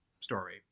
story